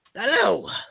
Hello